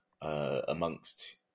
amongst